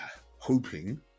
hoping